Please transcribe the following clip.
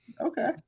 okay